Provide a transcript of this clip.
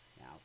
Now